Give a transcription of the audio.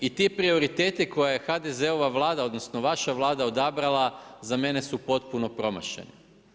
I ti prioriteti koje je HDZ-ova Vlada, odnosno vaša Vlada odabrala za mene su potpuno promašeni.